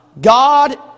God